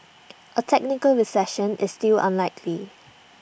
A technical recession is still unlikely